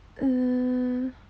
mm